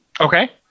Okay